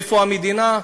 איפה המדינה,